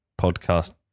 podcast